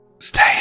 stay